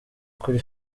kuri